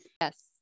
Yes